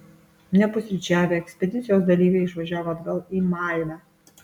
nepusryčiavę ekspedicijos dalyviai išvažiavo atgal į malmę